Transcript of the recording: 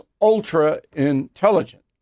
ultra-intelligent